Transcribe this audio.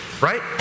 right